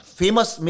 famous